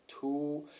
two